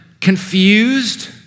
confused